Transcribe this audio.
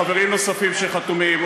ולחברים נוספים שחתומים,